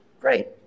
Great